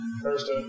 First